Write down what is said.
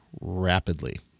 rapidly